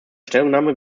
stellungnahme